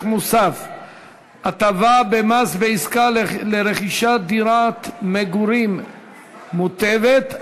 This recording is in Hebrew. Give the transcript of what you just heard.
מוסף (הטבה במס בעסקה לרכישת דירת מגורים מוטבת),